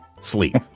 sleep